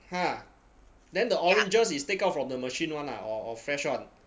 ha then the oranges is take out from the machine [one] ah or or fresh [one]